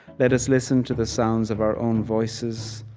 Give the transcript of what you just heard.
let us listen to the sounds of our own voices,